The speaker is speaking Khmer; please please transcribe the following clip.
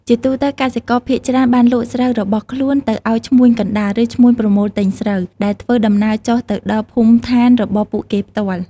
ជាទូទៅ កសិករភាគច្រើនបានលក់ស្រូវរបស់ខ្លួនទៅឲ្យឈ្មួញកណ្ដាល ឬឈ្មួញប្រមូលទិញស្រូវ ដែលធ្វើដំណើរចុះទៅដល់ភូមិឋានរបស់ពួកគេផ្ទាល់។